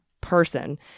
person